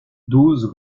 douze